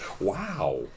Wow